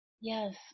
Yes